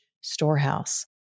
storehouse